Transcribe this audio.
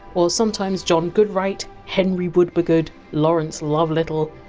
or sometimes john goodright, henry wouldbegood, lawrence lovelittle,